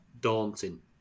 daunting